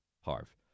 Harv